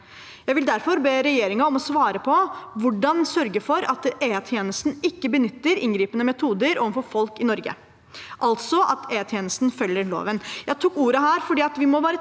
Jeg vil derfor be regjeringen om å svare på hvordan de sørger for at E-tjenesten ikke benytter inngripende metoder overfor folk i Norge, altså at E-tjenesten følger loven. Jeg tok ordet her fordi vi må være trygge